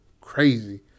crazy